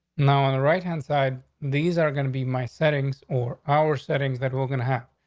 now on the right hand side, these are gonna be my settings or our settings that we're gonna have.